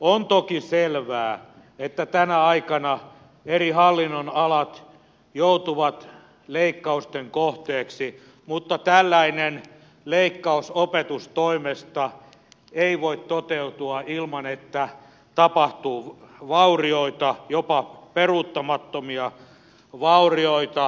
on toki selvää että tänä aikana eri hallinnonalat joutuvat leikkausten kohteeksi mutta tällainen leikkaus opetustoimesta ei voi toteutua ilman että tapahtuu vaurioita jopa peruuttamattomia vaurioita